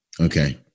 Okay